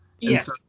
Yes